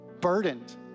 burdened